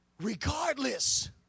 regardless